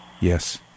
Yes